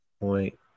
point